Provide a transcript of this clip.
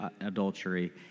adultery